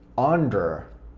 under